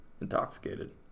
intoxicated